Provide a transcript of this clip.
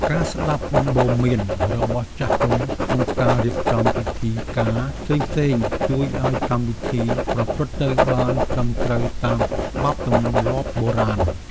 ការស្ដាប់ដំបូន្មានរបស់ចាស់ទុំក្នុងការរៀបចំពិធីការផ្សេងៗ ជួយឱ្យកម្មវិធីប្រព្រឹត្តទៅបានត្រឹមត្រូវតាមច្បាប់ទម្លាប់បុរាណ។